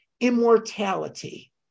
immortality